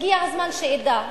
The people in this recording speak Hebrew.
הגיע הזמן שאדע.